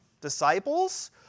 disciples